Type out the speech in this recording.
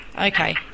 okay